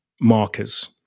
markers